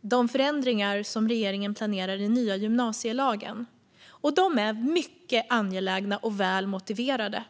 de förändringar som regeringen planerar i den nya gymnasielagen. Dessa förändringar är mycket angelägna och väl motiverade.